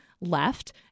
left